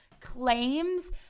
claims